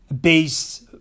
based